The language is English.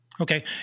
okay